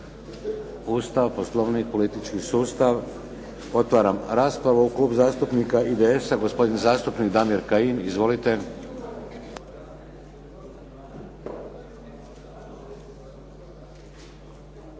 Ustav, poslovnik i politički sustav? Otvaram raspravu. Klub zastupnika IDS-a gospodin zastupnik Damir Kajin. Izvolite.